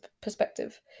perspective